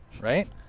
right